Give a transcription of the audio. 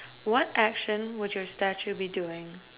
what action would your statue be doing